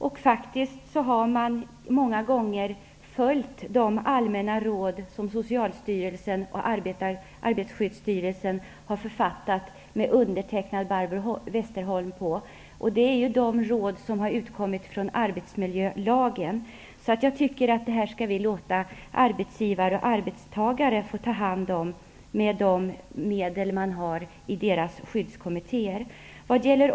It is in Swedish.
Man har faktiskt många gånger följt de allmänna råd som Socialstyrelsen och Arbetarskyddsstyrelsen har författat, som är undertecknade av Barbro Westerholm. Det är råd som har utgått från arbetsmiljölagen. Jag tycker att vi skall låta arbetsgivare och arbetstagare ta hand om det här, med de medel som de har i sina skyddskommittéer.